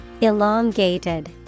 Elongated